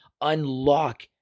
unlock